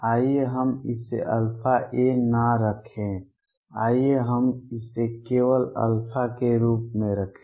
आइए हम इसे αa न रखें आइए हम इसे केवल α के रूप में रखें